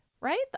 right